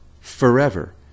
forever